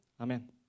Amen